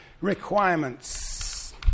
requirements